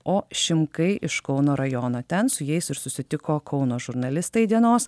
o šimkai iš kauno rajono ten su jais ir susitiko kauno žurnalistai dienos